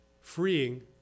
freeing